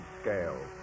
scale